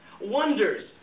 wonders